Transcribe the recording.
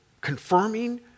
confirming